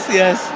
yes